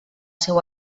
seu